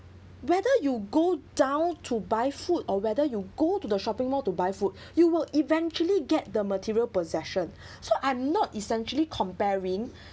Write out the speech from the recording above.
whether you go down to buy food or whether you go to the shopping mall to buy food you will eventually get the material possession so I'm not essentially comparing